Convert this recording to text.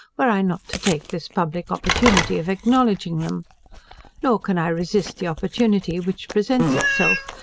were i not to take this public opportunity of acknowledging them nor can i resist the opportunity which presents itself,